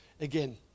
again